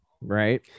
Right